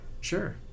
Sure